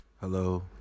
Hello